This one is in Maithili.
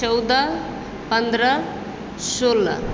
चौदह पन्द्रह सोलह